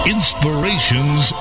Inspirations